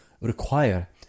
require